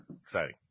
exciting